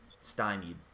stymied